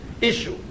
issue